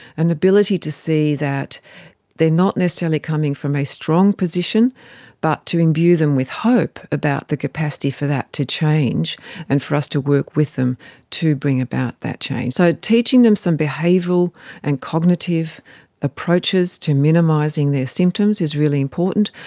an ability to see that they are not necessarily coming from a strong position but to imbue them with hope about the capacity for that to change and for us to work with them to bring about that change. so teaching them some behavioural and cognitive approaches to minimising their symptoms is really important.